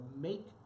make